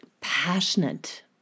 passionate